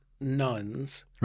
nuns